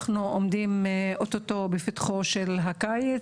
אנחנו עומדים אוטו טו בפתחו של הקיץ